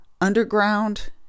underground